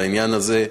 לעניין הזה.